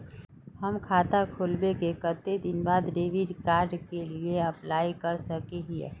हम खाता खोलबे के कते दिन बाद डेबिड कार्ड के लिए अप्लाई कर सके हिये?